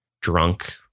drunk